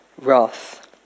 wrath